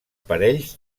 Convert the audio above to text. parells